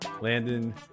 landon